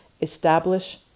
establish